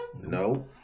No